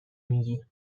میگی